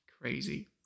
crazy